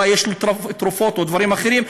אולי יש לו תרופות או דברים אחרים,